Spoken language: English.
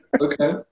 Okay